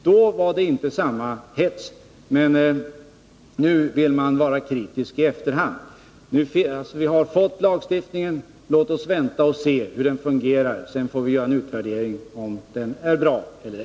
Då var det inte samma hets. Men nu vill man vara kritisk i efterhand. Vi har fått lagstiftningen, låt oss vänta och se hur den fungerar. Sedan får vi göra en utvärdering av om den är bra eller ej.